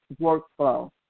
workflow